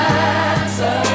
answer